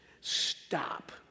Stop